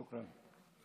שוכרן.